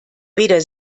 weder